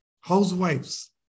housewives